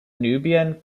nubian